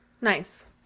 Nice